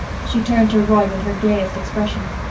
she turned to roy with her gayest expression.